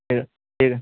ٹھیک ہے ٹھیک ہے